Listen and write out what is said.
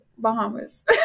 Bahamas